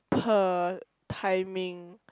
per timing